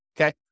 Okay